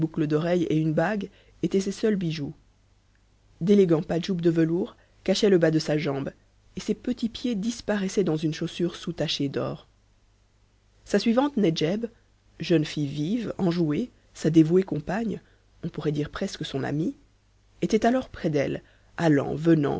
d'oreille et une bague étaient ses seuls bijoux d'élégants padjoubs de velours cachaient le bas de sa jambe et ses petits pieds disparaissaient dans une chaussure soutachée d'or sa suivante nedjeb jeune fille vive enjouée sa dévouée compagne on pourrait dire presque son amie était alors près d'elle allant venant